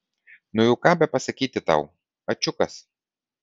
nu jau ką bepasakyti tau ačiukas